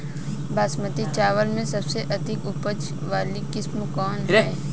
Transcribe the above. बासमती चावल में सबसे अधिक उपज वाली किस्म कौन है?